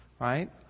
Right